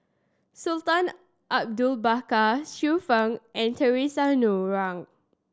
Sultan Abu Bakar Xiu Fang and Theresa Noronha